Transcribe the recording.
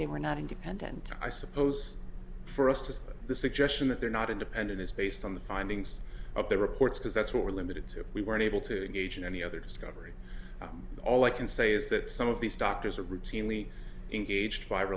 they were not independent i suppose for us to the suggestion that they're not independent as based on the findings of their reports because that's what we're limited to we were unable to engage in any other discovery all i can say is that some of these doctors are routinely engaged